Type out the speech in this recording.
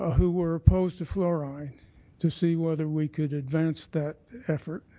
ah who were opposed to fluoride to see whether we could advance that effort.